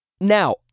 Now